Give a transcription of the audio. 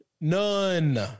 None